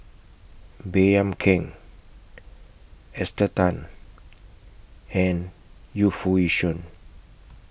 Baey Yam Keng Esther Tan and Yu Foo Yee Shoon